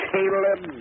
Caleb